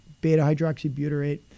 beta-hydroxybutyrate